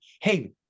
hey